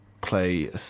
play